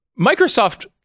Microsoft